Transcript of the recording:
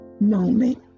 Moment